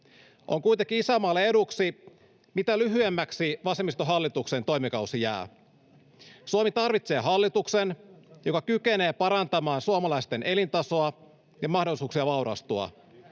On kuitenkin isänmaalle eduksi, mitä lyhyemmäksi vasemmistohallituksen toimikausi jää. Suomi tarvitsee hallituksen, joka kykenee parantamaan suomalaisten elintasoa ja mahdollisuuksia vaurastua.